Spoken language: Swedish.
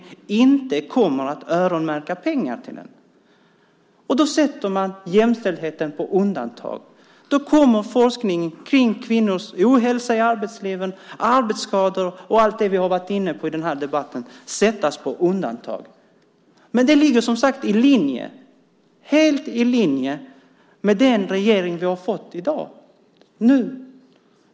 Allt annat är tomma ord och floskler. Man sätter jämställdheten på undantag, och då kommer också forskningen om kvinnors ohälsa i arbetslivet, arbetsskador och allt det vi varit inne på i denna debatt, att sättas på undantag. Det ligger helt i linje med den regering vi har i dag.